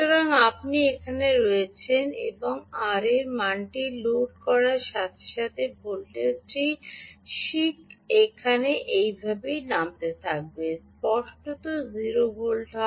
সুতরাং আপনি এখানে রয়েছেন এবং R র মানটি লোড করার সাথে সাথে ভোল্টেজটি ঠিক এইভাবে নামতে থাকবে স্পষ্টত 0 ভোল্ট হয়